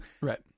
Right